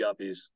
yuppies